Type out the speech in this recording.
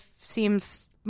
seems